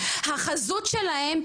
החזות שלהם,